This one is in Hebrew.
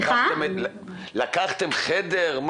לקחתם חדר?